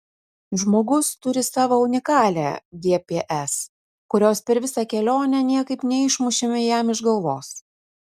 žmogus turi savo unikalią gps kurios per visą kelionę niekaip neišmušėme jam iš galvos